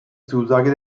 zusage